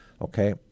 okay